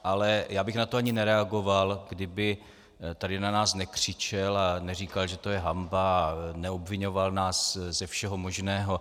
Ale já bych na to ani nereagoval, kdyby tady na nás nekřičel a neříkal, že to je hanba, a neobviňoval nás ze všeho možného.